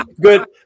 Good